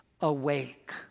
awake